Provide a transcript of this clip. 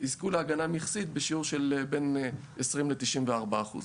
יזכו להגנה מכסית בשיעור של בין 20% ל-94%.